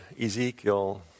Ezekiel